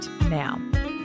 now